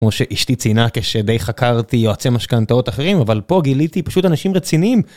כמו שאשתי צינה כשדי חקרתי יועצי משכנתות אחרים, אבל פה גיליתי פשוט אנשים רציניים.